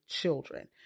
children